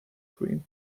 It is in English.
cream